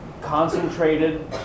concentrated